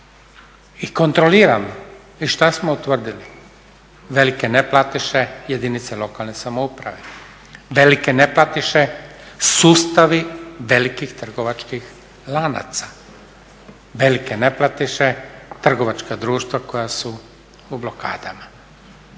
I kontroliramo i što smo utvrdili? Velike neplatiše jedinice lokalne samouprave, velike neplatiše sustavi velikih trgovačkih lanaca. Velike neplatiše trgovačka društva koja su u blokadama.